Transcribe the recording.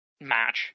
match